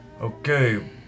Okay